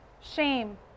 Shame